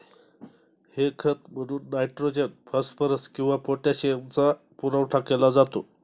हे खत म्हणून नायट्रोजन, फॉस्फरस किंवा पोटॅशियमचा पुरवठा केला जातो